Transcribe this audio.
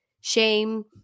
shame